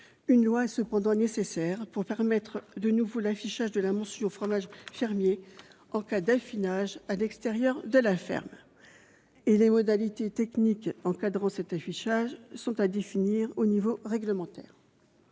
Une loi est cependant nécessaire pour permettre de nouveau l'affichage de la mention « fromage fermier » en cas d'affinage à l'extérieur de la ferme, et les modalités techniques encadrant cet affichage sont à définir au niveau réglementaire.